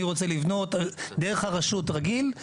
אני רוצה לבנות דרך הרשות רגיל,